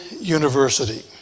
University